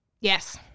Yes